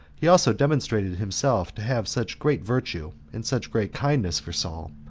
he also demonstrated himself to have such great virtue, and such great kindness for saul,